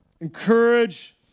Encourage